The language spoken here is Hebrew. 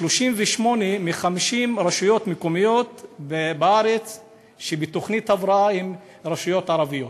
38 מ-50 רשויות מקומיות שנמצאות בתוכנית הבראה הן רשויות ערביות.